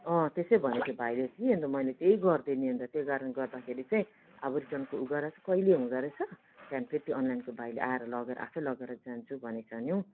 त्यसै भन्यो त्यो भाइले कि अन्त मैले त्यही गर्दे नि अन्त त्यही कारण गर्दाखेरि चाहिँ अब रिटर्नको ऊ गरिराखेको छु अब कहिले हुँदो रहेस त्यहाँदेखि फेरि त्यो अनलाइनको भाइले आएर लगेर आफै लगेर जान्छु भनेको छ नि हौ